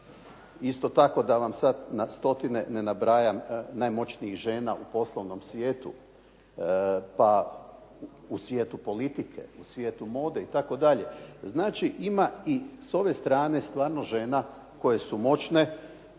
Isto tako da vam sad na stotine ne nabrajam najmoćnijih žena u poslovnom svijetu, pa u svijetu politike, u svijetu mode itd. Znači, ima i s ove strane stvarno žena koje su moćne,